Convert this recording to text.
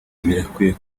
birakwiye